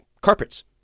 carpets